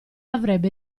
avrebbe